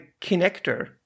connector